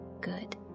good